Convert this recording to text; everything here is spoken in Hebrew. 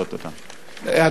חבר הכנסת וקנין,